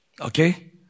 Okay